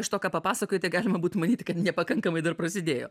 iš to ką papasakojai tai galima būtų manyti kad nepakankamai dar prasidėjo